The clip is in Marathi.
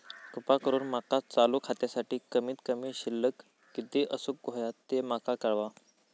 कृपा करून माका चालू खात्यासाठी कमित कमी शिल्लक किती असूक होया ते माका कळवा